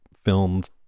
filmed